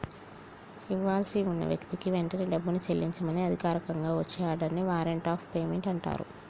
ఇవ్వాల్సి ఉన్న వ్యక్తికి వెంటనే డబ్బుని చెల్లించమని అధికారికంగా వచ్చే ఆర్డర్ ని వారెంట్ ఆఫ్ పేమెంట్ అంటరు